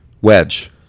Wedge